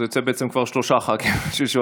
זה יוצא בעצם כבר שלושה ח"כים ששואלים.